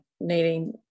needing